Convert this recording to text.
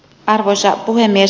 arvoisa puhemies